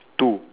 two